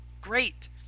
Great